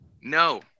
No